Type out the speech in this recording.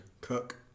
Cook